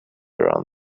around